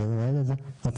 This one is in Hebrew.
ועלינו לנהל את זה עצמאית.